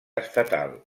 estatal